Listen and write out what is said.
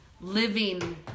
living